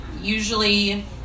usually